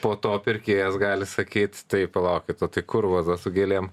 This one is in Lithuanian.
po to pirkėjas gali sakyt tai palaukit o tai kur vaza su gėlėm